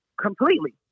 completely